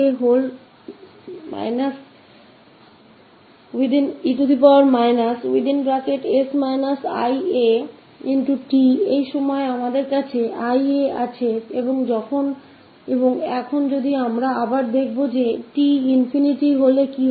हमारे पास 𝑒−𝑠−𝑖𝑎𝑡 है इसलिए इस बार हमारे पास यह 𝑖𝑎 है और अब यदि हम फिर से देखें कि t ∞ पर जाने पर क्या होगा